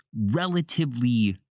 relatively